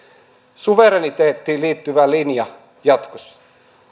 suvereniteettiin liittyvä linja jatkossa